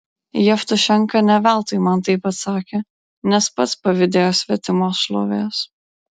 jevtušenka ne veltui man taip atsakė nes pats pavydėjo svetimos šlovės